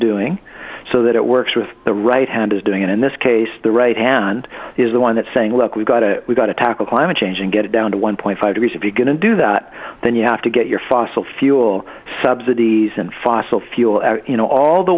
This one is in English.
doing so that it works with the right hand is doing and in this case the right hand is the one that's saying look we've got to we've got to tackle climate change and get it down to one point five degrees or begin to do that then you have to get your fossil fuel subsidies and fossil fuel and you know all the